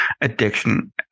addiction